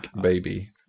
baby